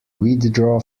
withdraw